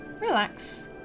relax